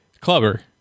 clubber